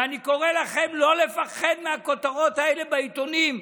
ואני קורא לכם לא לפחד מהכותרות האלה בעיתונים,